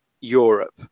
Europe